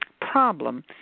problem